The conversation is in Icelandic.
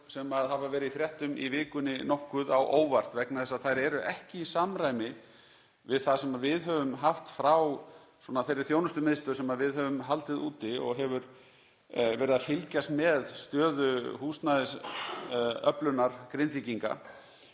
sem hafa verið í fréttum í vikunni okkur nokkuð á óvart vegna þess að þær eru ekki í samræmi við það sem við höfum haft frá þeirri þjónustumiðstöð sem við höfum haldið úti og hefur verið að fylgjast með stöðu húsnæðisöflunar Grindvíkinga.